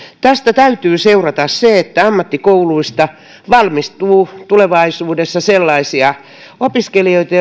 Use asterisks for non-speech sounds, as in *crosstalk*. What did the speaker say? tästä täytyy seurata se että ammattikouluista valmistuu tulevaisuudessa sellaisia opiskelijoita *unintelligible*